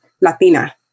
Latina